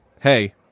hey